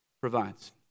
provides